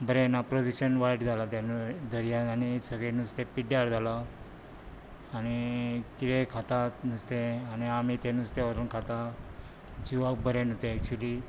वायट जालां आनी दर्यांत सगळें नुस्तें पिड्ड्यार जालां आनी कितें खातात नुस्तें आमी तें नुस्तें व्हरून खातात जिवाक बरें न्हू तें एक्च्यूली